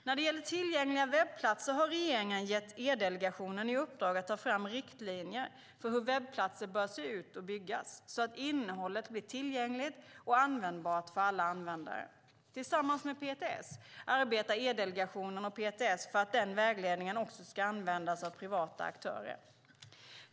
När det gäller tillgängliga webbplatser har regeringen gett E-delegationen i uppdrag att ta fram riktlinjer för hur webbplatser bör se ut och byggas, så att innehållet blir tillgängligt och användbart för alla användare. Tillsammans med PTS arbetar E-delegationen för att den vägledningen också ska användas av privata aktörer.